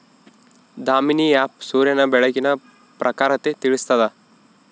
Damini app ಸೂರ್ಯನ ಬೆಳಕಿನ ಪ್ರಖರತೆ ತಿಳಿಸ್ತಾದ